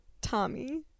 Tommy